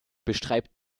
beschreibt